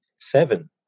seven